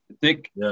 thick